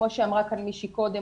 כמו שאמרה כאן מישהי קודם,